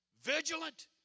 vigilant